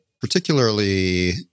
particularly